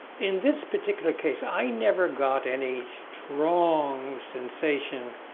in this particular case, i never got any strong sensation